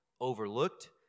overlooked